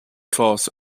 class